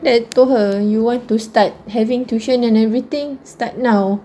then I told her you want to start having tuition and everything start now